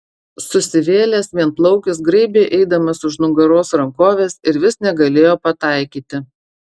susivėlęs vienplaukis graibė eidamas už nugaros rankoves ir vis negalėjo pataikyti